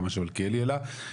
גם מה שמלכיאלי העלה.